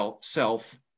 self